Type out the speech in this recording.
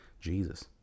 Jesus